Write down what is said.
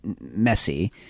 messy